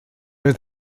oedd